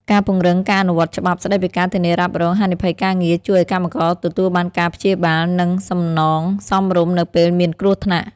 ការពង្រឹងការអនុវត្តច្បាប់ស្ដីពីការធានារ៉ាប់រងហានិភ័យការងារ ជួយឱ្យកម្មករទទួលបានការព្យាបាល និងសំណងសមរម្យនៅពេលមានគ្រោះថ្នាក់។